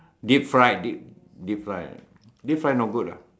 deep fried deep deep fried deep fried not good lah